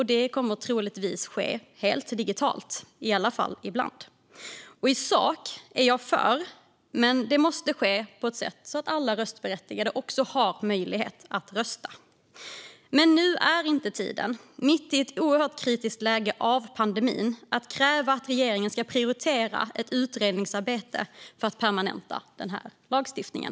Det kommer troligtvis att ske helt digitalt, i alla fall ibland. I sak är jag för det, men det måste ske på ett sådant sätt att alla röstberättigade också har möjlighet att rösta. Nu, mitt i ett oerhört kritiskt läge av pandemin, är dock inte tiden att kräva att regeringen ska prioritera ett utredningsarbete för att permanenta den här lagstiftningen.